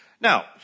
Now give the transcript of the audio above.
Now